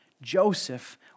Joseph